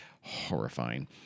Horrifying